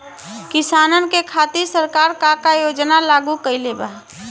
किसानन के खातिर सरकार का का योजना लागू कईले बा?